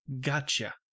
gotcha